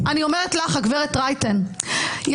הגברת רייטן,